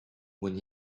when